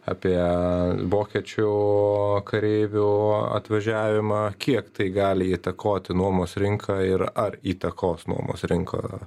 apie vokiečių kareivių atvažiavimą kiek tai gali įtakoti nuomos rinką ir ar įtakos nuomos rinką